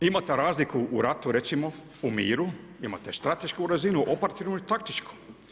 Imate razliku u ratu recimo u miru, imate stratešku razinu, operativnu i taktičku.